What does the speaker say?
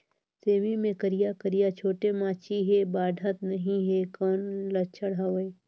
सेमी मे करिया करिया छोटे माछी हे बाढ़त नहीं हे कौन लक्षण हवय?